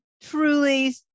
truly